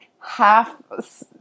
half